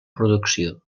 producció